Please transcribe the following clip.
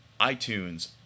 iTunes